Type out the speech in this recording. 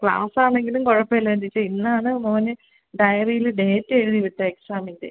ക്ലാസാണെങ്കിലും കുഴപ്പമില്ല എന്ത്ച്ച ഇന്നാണ് മോന് ഡയറീല് ഡേറ്റ് എഴുതി വിട്ടത് എക്സാമിൻ്റെ